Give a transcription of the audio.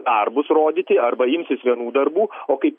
darbus rodyti arba imsis vienų darbų o kaip